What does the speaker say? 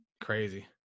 Crazy